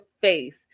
face